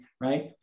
right